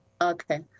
Okay